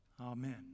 Amen